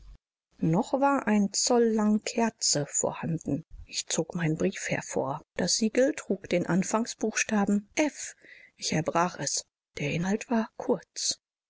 noch war ein zolllang kerze vorhanden ich zog meinen brief hervor das siegel trug den anfangsbuchstaben f ich erbrach es der inhalt war kurz